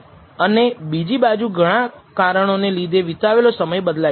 અને બીજી બાજુ ઘણા કારણો ને લીધે વિતાવેલો સમય બદલાય શકે છે